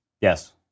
Yes